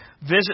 visit